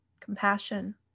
compassion